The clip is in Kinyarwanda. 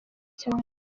cyane